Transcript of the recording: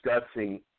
Discussing